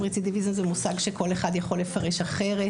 רצידיביזם זה מושג שכל אחד יכול לפרש אחרת.